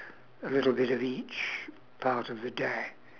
a little bit of each part of the day